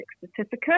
certificate